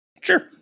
Sure